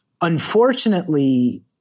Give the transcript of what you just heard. Unfortunately